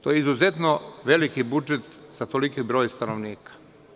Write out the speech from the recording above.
To je izuzetno veliki budžet za toliki broj stanovnika.